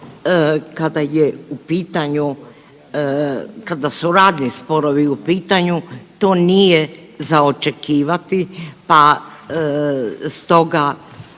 kada su radni sporovi u pitanju to nije za očekivati pa stoga